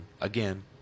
Again